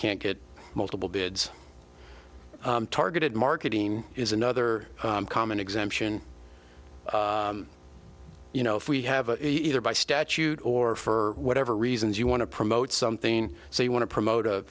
can't get multiple bids targeted marketing is another common exemption you know if we have either by statute or for whatever reasons you want to promote something so you want to promote